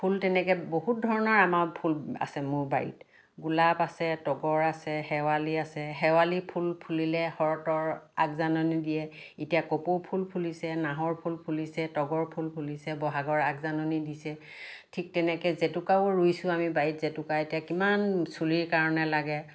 ফুল তেনেকৈ বহুত ধৰণৰ আমাৰ ফুল আছে মোৰ বাৰীত গোলাপ আছে তগৰ আছে শেৱালি আছে শেৱালি ফুল ফুলিলে শৰতৰ আগজাননী দিয়ে এতিয়া কপৌ ফুল ফুলিছে নাহৰ ফুল ফুলিছে তগৰ ফুল ফুলিছে বহাগৰ আগজাননী দিছে ঠিক তেনেকৈ জেতুকাও ৰুইছোঁ আমি বাৰীত জেতুকা এতিয়া কিমান চুলিৰ কাৰণে লাগে